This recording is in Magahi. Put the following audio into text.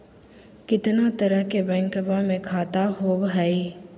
कितना तरह के बैंकवा में खाता होव हई?